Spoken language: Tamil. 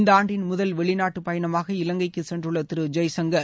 இந்த ஆண்டின் முதல் வெளிநாட்டு பயணமாக இலங்கைக்கு சென்றுள்ள திரு ஜெய்சங்கர்